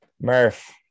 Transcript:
Murph